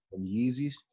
Yeezys